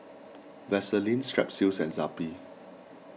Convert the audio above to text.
Vaselin Strepsils and Zappy